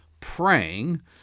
praying